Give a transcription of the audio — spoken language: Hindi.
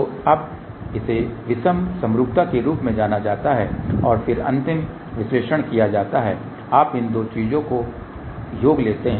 तो अब इसे विषम समरूपता के रूप में जाना जाता है और फिर अंतिम विश्लेषण किया जाता है आप इन दो चीजों का योग लेते हैं